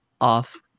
off